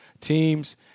teams